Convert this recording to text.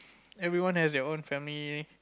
everyone has their own family